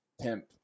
pimp